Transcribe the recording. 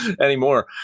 anymore